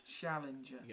Challenger